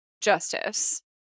justice